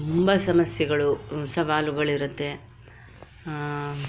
ತುಂಬ ಸಮಸ್ಯೆಗಳು ಸವಾಲುಗಳಿರತ್ತೆ